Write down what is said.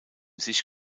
sich